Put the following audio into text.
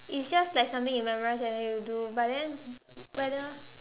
it's just like something you memorize and then you do but then whether